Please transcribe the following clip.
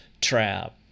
trap